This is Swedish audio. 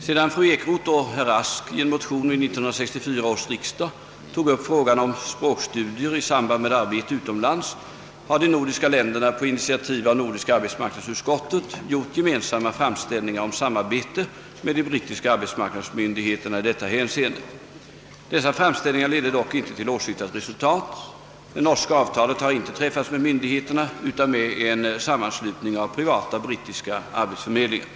Sedan fru Ekroth och herr Rask i en motion vid 1964 års riksdag tog upp frågan om språkstudier i samband med arbete utomlands har de nordiska länderna på initiativ av nordiska arbetsmarknadsutskottet gjort gemensamma framställningar om samarbete med de brittiska arbetsmarknadsmyndigheterna i detta hänseende. Dessa framställningar ledde dock inte till åsyftat resultat. Det norska avtalet har inte träffats med myndigheterna utan med en sammanslutning av privata brittiska arbetsförmedlingar.